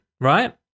right